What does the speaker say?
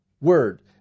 word